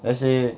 let's say